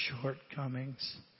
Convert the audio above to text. shortcomings